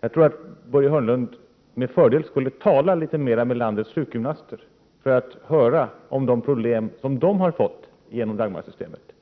Jag tror det vore till fördel om Börje Hörnlund talade litet mer med landets sjukgymnaster för att höra vilka problem de har fått genom Dagmarsystemet.